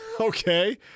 Okay